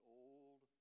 old